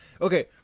Okay